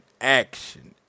action